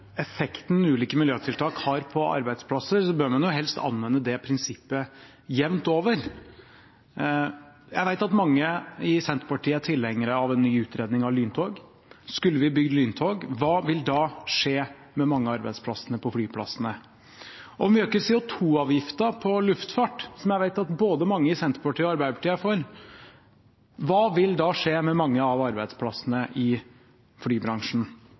effekten ulike miljøtiltak har på arbeidsplasser, bør en helst anvende det prinsippet jevnt over. Jeg vet at mange i Senterpartiet er tilhenger av en ny utredning av lyntog. Skulle vi bygd lyntog, hva vil da skje med mange av arbeidsplassene på flyplassene? Om vi øker CO2-avgiften på luftfart, som jeg vet at mange i både Senterpartiet og Arbeiderpartiet er for, hva vil da skje med mange av arbeidsplassene i flybransjen?